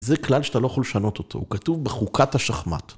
זה כלל שאתה לא יכול לשנות אותו, הוא כתוב בחוקת השחמט.